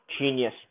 Genius